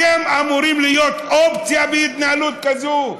אתם אמורים להיות אופציה בהתנהלות כזו?